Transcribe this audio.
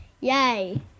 Yay